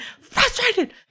frustrated